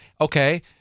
Okay